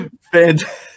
Fantastic